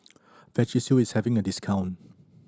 Vagisil is having a discount